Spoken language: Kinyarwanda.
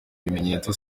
ibimenyetso